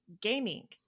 gaming